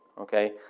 Okay